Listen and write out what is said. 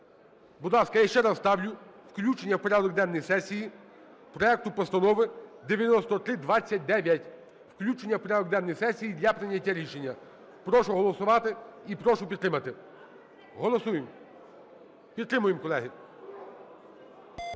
Будь ласка, я ще раз ставлю включення в порядок денний сесії проекту Постанови 9329. Включення в порядок денний сесії для прийняття рішення. Прошу голосувати і прошу підтримати. Голосуємо. Підтримуємо, колеги.